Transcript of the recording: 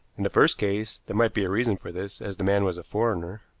in the first case, there might be a reason for this, as the man was a foreigner.